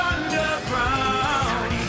Underground